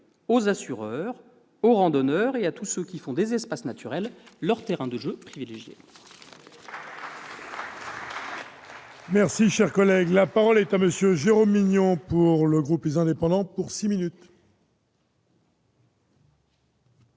aux assureurs, aux randonneurs et à tous ceux qui font des espaces naturels leur terrain de jeu privilégié.